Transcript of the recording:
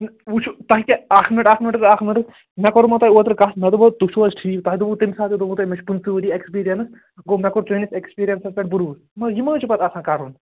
یہِ وُچھُوتۅہہِ کیٛاہ اَکھ مِنٛٹ اَکھ مِنٛٹ حظ اَکھ مِنٛٹ حظ مےٚ کوٚرمَو تۄہہِ اوترٕ کَتھ مےٚ دوٚپمَو تُہۍ چھُوا حظ ٹھیٖک تۄہہِ دوٚپوٕ تَمہِ ساتہٕ تہِ دوٚپوٕ تۄہہِ مےٚ چھِ پٕنٛژٕہ ؤری ایٚکٕسپرِیٖنٕس گوٚو مےٚ کوٚر چٲنِس ایٚکٕسپِریٖنٕسس پیٚٹھ بھروٗسہٕ مگر یہِ ما حظ چھُ پتہٕ آسان کَرُن